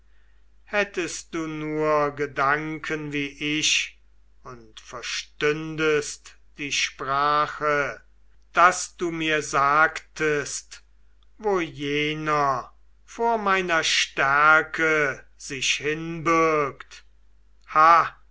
hättest du nur gedanken wie ich und verstündest die sprache daß du mir sagtest wo jener vor meiner stärke sich hinbirgt